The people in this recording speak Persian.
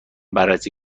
بررسی